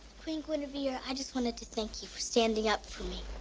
queen guinevere, i just wanted to thank you for standing up for me.